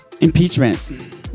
Impeachment